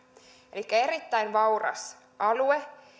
elikkä erittäin vauras alue